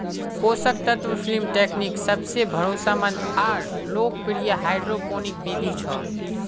पोषक तत्व film technique सबसे भरोसामंद आर लोकप्रिय हाइड्रोपोनिक बिधि छ